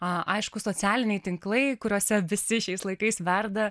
a aišku socialiniai tinklai kuriuose visi šiais laikais verda